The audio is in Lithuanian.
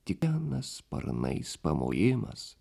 tipena sparnais pamojimas